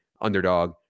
Underdog